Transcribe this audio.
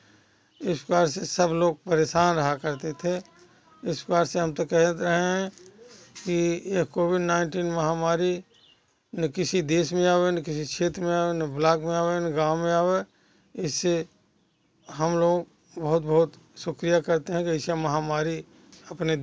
इस प्रकार से सब लोग परेशान रहा करते थे इस प्रकार से हम तो कहते हैं कि यह कोविड नाइनटीन महामारी ना किसी देश में आवे ना किसी क्षेत्र में आवे ना ब्लॉक में आवे ना गाँव में आवे इससे हम लोग बहुत बहुत शुक्रिया करते हैं कि ऐसा महामारी अपने